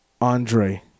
Andre